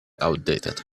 outdated